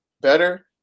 better